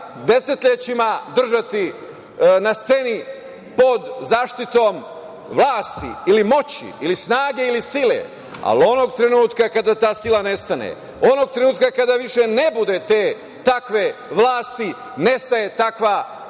desetlećima držati na sceni pod zaštitom vlasti ili moći ili snage ili sile, ali onog trenutka kada ta sila nestane, onog trenutka kada više ne bude te takve vlasti, nestaje takva